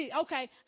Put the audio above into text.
Okay